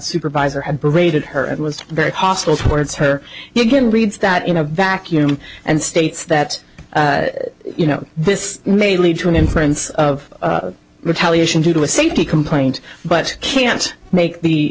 supervisor had raided her and was very hostile towards her you can read that in a vacuum and states that you know this may lead to an inference of retaliation to a safety complaint but can't make the